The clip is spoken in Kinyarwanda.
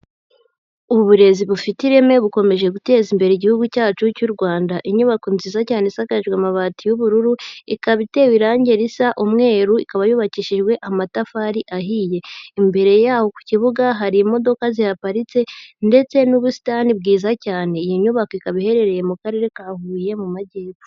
Ubu burezi bufite ireme bukomeje guteza imbere igihugu cyacu cy'u Rwanda. Inyubako nziza cyane isakajwe amabati y'ubururu, ikaba itewe irangi risa umweru, ikaba yubakishijwe amatafari ahiye. Imbere yaho ku kibuga hari imodoka zihaparitse ndetse n'ubusitani bwiza cyane, iyi nyubako ikaba iherereye mu karere ka Huye mu majyepfo.